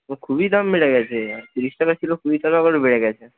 তো খুবই দাম বেড়ে গেছে আটচল্লিশ টাকা ছিল কুড়ি টাকা আবারও বেড়ে গেছে